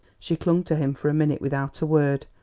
she clung to him for a minute without a word,